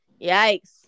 yikes